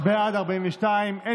זוג (תיקון,